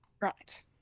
Right